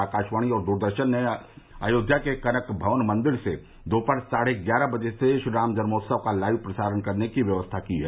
आकाशवाणी और दूरदर्शन ने अयोध्या के कनक भवन मंदिर से दोपहर साढ़े ग्यारह बजे से श्रीरामजन्मोत्सव का लाइव प्रसारण करने की व्यवस्था की है